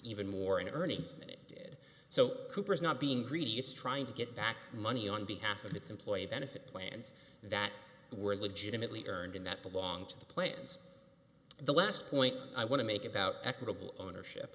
even more in earnings than it did so cooper is not being greedy it's trying to get back money on behalf of its employee benefit plans that were legitimately earned in that belong to the plans the last point i want to make about equitable ownership